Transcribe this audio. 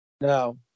now